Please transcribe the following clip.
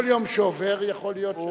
כל יום שעובר יכול להיות,